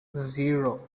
zero